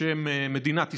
בשם מדינת ישראל,